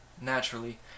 naturally